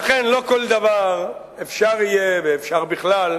לכן, לא כל דבר אפשר יהיה, ואפשר בכלל,